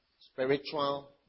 spiritual